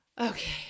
okay